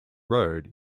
road